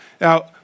Now